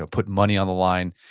and put money on the line,